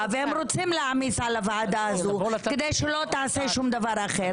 והם רוצים להעמיס על הוועדה הזאת כדי שלא תעשה שום דבר אחר.